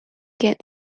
get